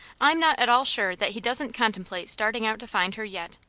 i'm not at all sure that he doesn't contemplate starting out to find her yet.